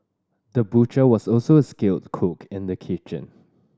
the butcher was also a skilled cook in the kitchen